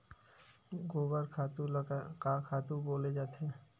गोबर खातु ल का खातु बोले जाथे?